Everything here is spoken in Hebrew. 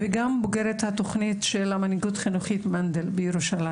ואני גם בוגרת תוכנית מנדל למנהיגות חינוכית בירושלים.